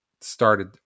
started